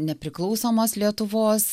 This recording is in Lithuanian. nepriklausomos lietuvos